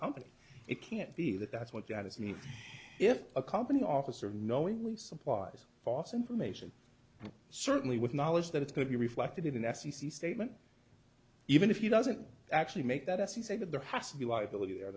company it can't be that that's what that is and if a company officer knowingly supplies false information certainly with knowledge that it's going to be reflected in s c c statement even if you doesn't actually make that as you say that there has to be liability there